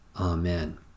Amen